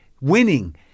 winning